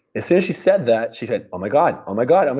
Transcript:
as soon as she said that, she said, oh my god. oh my god. oh my